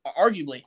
Arguably